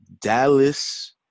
Dallas